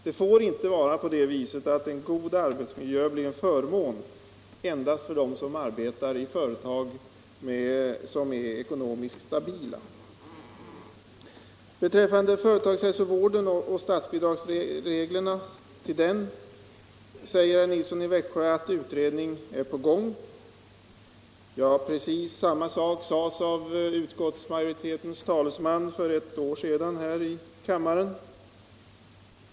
Det får inte vara på det sättet att en god arbetsmiljö blir en förmån endast för dem som arbetar i företag som är ekonomiskt stabila. Vad gäller företagshälsovården och statsbidragsreglerna sade herr Nilsson i Växjö att en utredning är på gång. Ja, utskottsmajoritetens talesmän sade precis samma sak för ett år sedan här i kammaren.